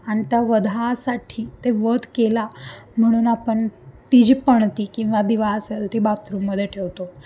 आणि त्या वधासाठी ते वध केला म्हणून आपण ती जी पणती किंवा दिवा असेल ती बाथरूममध्ये ठेवतो